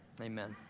Amen